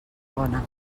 bona